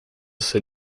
ser